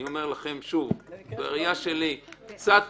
אני אומר לכם שוב, בראייה שלי, קצת